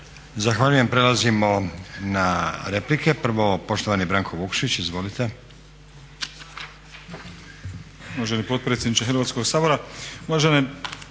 Zahvaljujem. Prelazimo na replike. Prvo poštovani Branko Vukšić, izvolite.